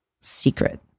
secret